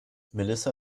melissa